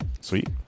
Sweet